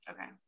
okay